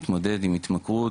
מתמודד עם התמכרות,